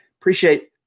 Appreciate